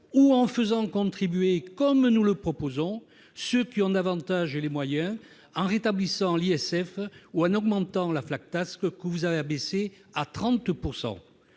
Ou en faisant contribuer, comme nous le proposons, ceux qui en ont davantage les moyens, en rétablissant l'ISF ou en augmentant la que vous avez abaissée à 30